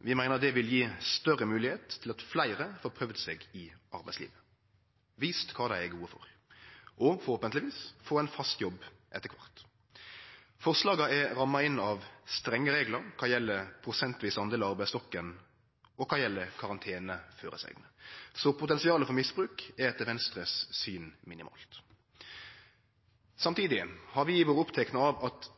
Vi meiner det vil gje større moglegheit til at fleire får prøvd seg i arbeidslivet, får vist kva dei er gode for og forhåpentleg få ein fast jobb etter kvart. Forslaga er ramma inn av strenge reglar kva gjeld prosentvis del av arbeidsstokken, og kva gjeld føresegner om karantene, så potensialet for misbruk er etter Venstres syn minimalt. Samtidig har vi vore opptekne av at